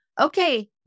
okay